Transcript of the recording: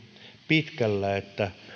pitkällä että